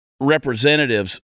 representatives